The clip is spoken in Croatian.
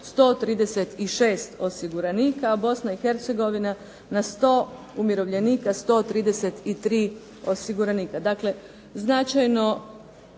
136 osiguranika, a BiH na 100 umirovljenika 133 osiguranika. Dakle, značajno